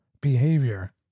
behavior